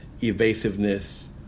evasiveness